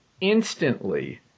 instantly